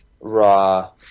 raw